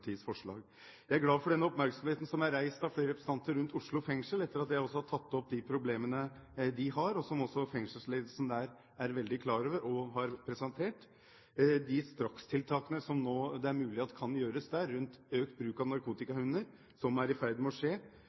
forslag. Jeg er glad for den oppmerksomheten som flere representanter har vist Oslo fengsel etter at jeg har tatt opp problemene, som også fengselsledelsen der er veldig klar over og har presentert. De strakstiltakene som det nå er mulig å gjøre der, er f.eks. økt bruk av narkotikahunder, som er i ferd med å skje,